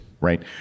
right